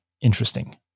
interesting